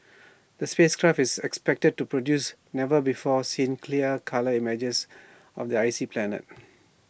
the space craft is expected to produce never before seen clear colour images of the icy planet